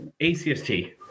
ACST